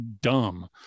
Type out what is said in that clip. dumb